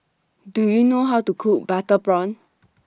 Do YOU know How to Cook Butter Prawn